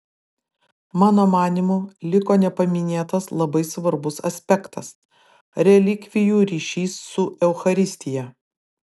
mano manymu liko nepaminėtas labai svarbus aspektas relikvijų ryšys su eucharistija